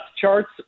charts